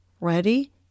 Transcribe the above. Ready